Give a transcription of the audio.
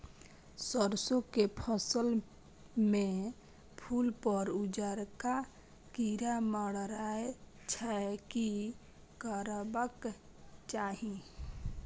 सरसो के फसल में फूल पर उजरका कीरा मंडराय छै की करबाक चाही?